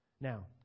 Now